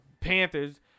panthers